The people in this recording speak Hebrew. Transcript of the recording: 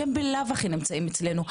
שהם בכל מקרה נמצאים אצלנו.